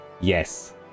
Yes